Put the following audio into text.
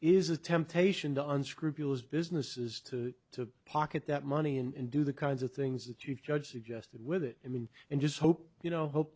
is a temptation to unscrupulous businesses to to pocket that money and do the kinds of things that you judge suggested with it i mean and just hope you know hope